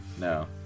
No